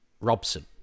Robson